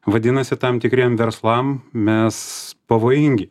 vadinasi tam tikriem verslam mes pavojingi